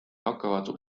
hakkavad